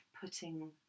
putting